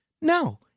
No